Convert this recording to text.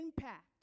impact